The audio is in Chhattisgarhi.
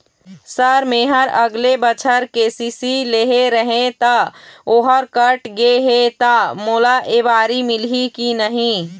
सर मेहर अगले बछर के.सी.सी लेहे रहें ता ओहर कट गे हे ता मोला एबारी मिलही की नहीं?